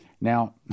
Now